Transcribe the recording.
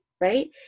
right